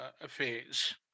affairs